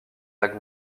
lacs